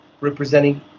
representing